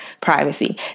Privacy